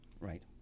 Right